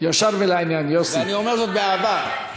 אומר זאת באהבה,